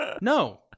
No